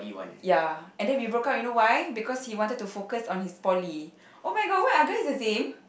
ya and then we broke up you know why because he wanted to focus on his poly oh-my-god why are guys the same